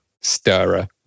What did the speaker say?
stirrer